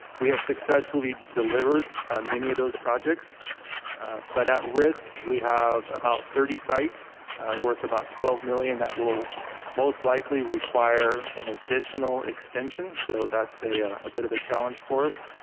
we have successfully delivered many of those projects but at risk we have about thirty sites worth about twelve million that will most likely require an additional extension. so that's a a bit of a challenge for us.